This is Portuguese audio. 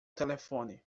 telefone